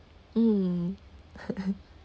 mm